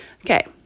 Okay